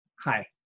Hi